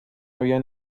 había